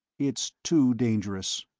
it's too dangerous.